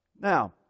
Now